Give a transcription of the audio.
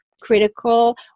critical